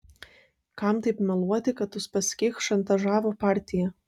kam taip meluoti kad uspaskich šantažavo partiją